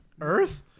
Earth